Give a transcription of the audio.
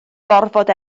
gorfod